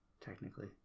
technically